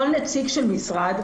כל נציג של משרד,